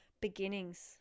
beginnings